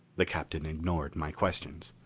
the captain ignored my questions.